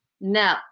no